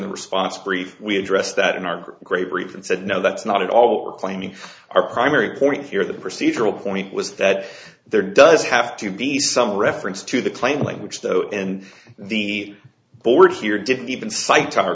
the response brief we addressed that in our great brief and said no that's not all or claiming our primary point here the procedural point was that there does have to be some reference to the claim language though and the board here didn't even cite